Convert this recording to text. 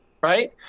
right